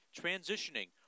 transitioning